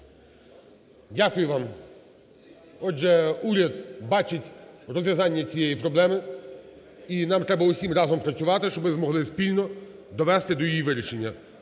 Дякую вам. Отже, уряд бачить розв'язання цієї проблеми. І нам треба усім разом працювати, щоби ми змогли спільно довести до її вирішення.